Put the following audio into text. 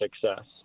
success